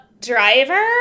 driver